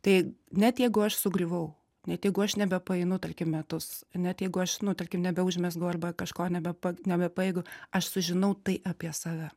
tai net jeigu aš sugriuvau ne jeigu aš nebepaeinu tarkim metus net jeigu aš nu tarkim nebeužmezgu arba kažko nebepa nebepajėgiu aš sužinau tai apie save